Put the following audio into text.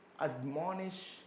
admonish